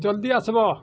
ଜଲ୍ଦି ଆସ୍ବ